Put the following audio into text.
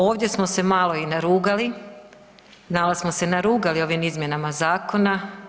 Ovdje smo se malo i narugali, malo smo se narugali ovim izmjenama zakona.